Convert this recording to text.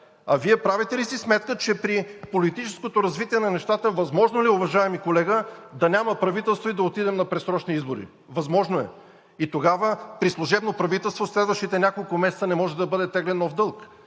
А Вие правите ли си сметка, че при политическото развитие на нещата възможно ли е, уважаеми колега, да няма правителство и да отидем на предсрочни избори? Възможно е. И тогава, при служебно правителство – следващите няколко месеца не може да бъде теглен нов дълг.